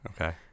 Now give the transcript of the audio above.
Okay